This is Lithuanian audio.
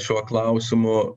šiuo klausimu